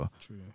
True